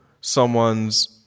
someone's